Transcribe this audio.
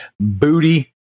booty